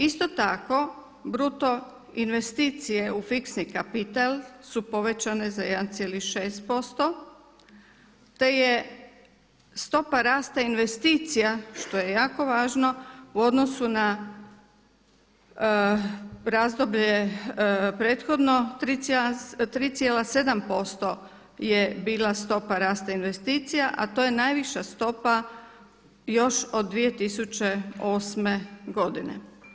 Isto tako bruto investicije u fiksni kapital su povećane za 1,6% te je stopa rasta investicija, što je jako važno, u odnosu na razdoblje prethodno 3,7% je bila stopa rasta investicija a to je najviša stopa još od 2008. godine.